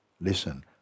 Listen